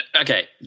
Okay